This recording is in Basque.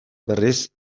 berriz